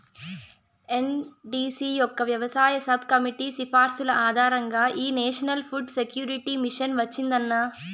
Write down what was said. NDC యొక్క వ్యవసాయ sub committee సిఫార్సుల ఆధారంగా ఈ నేషనల్ ఫుడ్ సెక్యూరిటీ మిషన్ వచ్చిందన్న